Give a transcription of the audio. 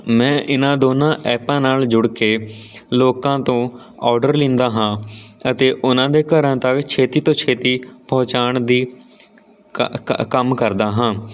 ਮੈਂ ਇਹਨਾਂ ਦੋਨਾਂ ਐਪਾਂ ਨਾਲ ਜੁੜ ਕੇ ਲੋਕਾਂ ਤੋਂ ਔਡਰ ਲੈਂਦਾ ਹਾਂ ਅਤੇ ਉਨ੍ਹਾਂ ਦੇ ਘਰਾਂ ਤੱਕ ਛੇਤੀ ਤੋਂ ਛੇਤੀ ਪਹੁੰਚਾਉਣ ਦੀ ਕੰਮ ਕਰਦਾ ਹਾਂ